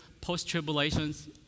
post-tribulations